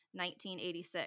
1986